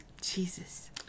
Jesus